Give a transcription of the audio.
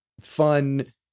fun